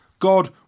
God